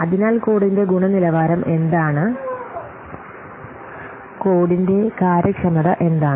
അതിനാൽ കോഡിന്റെ ഗുണനിലവാരം എന്താണ് കോഡിന്റെ കാര്യക്ഷമത എന്താണ്